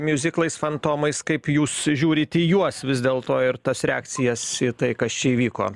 miuziklais fantomais kaip jūs žiūrit į juos vis dėl to ir tas reakcijas į tai kas čia įvyko